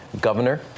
governor